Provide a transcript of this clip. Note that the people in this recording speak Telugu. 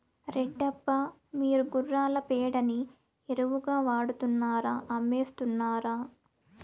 రెడ్డప్ప, మీరు గుర్రాల పేడని ఎరువుగా వాడుతున్నారా అమ్మేస్తున్నారా